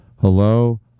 Hello